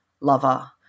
lover